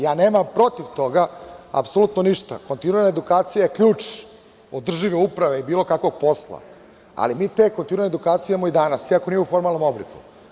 Ja nemam protiv toga apsolutno ništa, kontinuirana edukacija je ključ održive uprave i bilo kakvog posla, ali mi te kontinuirane edukacije imamo i danas, iako nije u formalnom obliku.